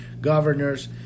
governors